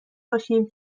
باشیم